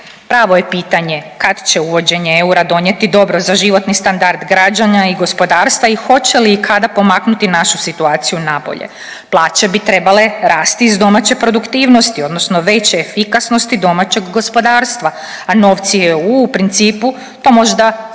Pravo je pitanje kad će uvođenje eura donijeti dobro za životni standard građana i gospodarstva i hoće li i kada pomaknuti našu situaciju na bolje, plaće bi trebale rasti iz domaće produktivnosti odnosno veće efikasnosti domaćeg gospodarstva, a novci EU u principu to možda mogu